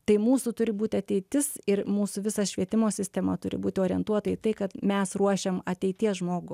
tai mūsų turi būti ateitis ir mūsų visa švietimo sistema turi būti orientuota į tai kad mes ruošiam ateities žmogų